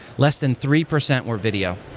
less than three percent were video.